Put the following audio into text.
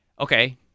Okay